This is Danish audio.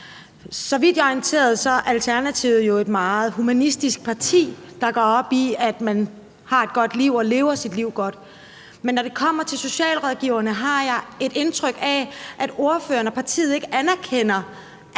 Så vidt jeg er orienteret, er Alternativet jo et meget humanistisk parti, der går op i, at man har et godt liv og lever sit liv godt, men når det kommer til socialrådgiverne, har jeg indtryk af, at ordføreren og partiet ikke anerkender,